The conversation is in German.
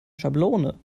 schablone